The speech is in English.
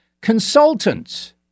Consultants